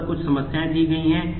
उस पर कुछ समस्याएं दी गई हैं